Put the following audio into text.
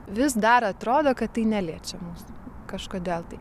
vis dar atrodo kad tai neliečia mūsų kažkodėl tai